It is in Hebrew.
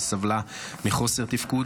שסבלה מחוסר תפקוד.